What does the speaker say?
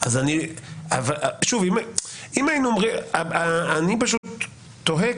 אני פשוט תוהה,